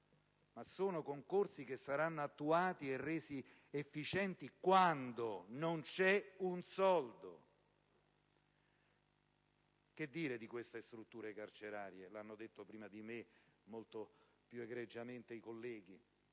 ma quando saranno attuati e resi efficienti, quando? Non c'è un soldo. E che dire delle strutture carcerarie? Lo hanno detto prima di me e molto più egregiamente i colleghi: